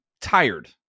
tired